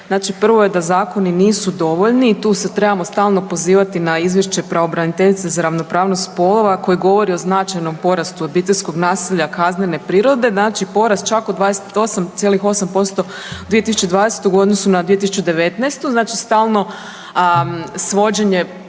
prvo je da zakoni nisu dovoljni i tu se trebamo stalno pozivati na izvješće pravobraniteljice za ravnopravnost spolova koja govori o značajnom porastu obiteljskog nasilja kaznene prirode, znači porast čak od 28,8% u 2020. u odnosu na 2019., znači stalno svođenje